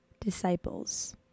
disciples